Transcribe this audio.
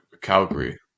Calgary